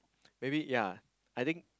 maybe ya I think